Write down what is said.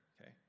okay